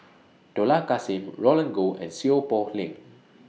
Dollah Kassim Roland Goh and Seow Poh Leng